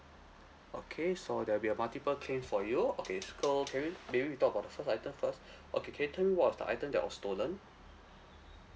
okay so there'll be a multiple claim for you okay so can we maybe we talk about the first item first okay can you tell me what was the item that was stolen